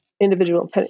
individual